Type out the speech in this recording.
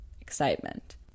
Excitement